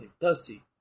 Dusty